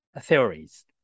theories